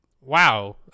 wow